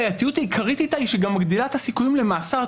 הבעייתיות העיקרית איתה היא שהיא גם מגדילה את הסיכויים למאסר.